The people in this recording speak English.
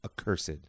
accursed